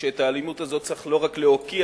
שאת האלימות הזאת צריך לא רק להוקיע,